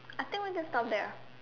I think we just stop there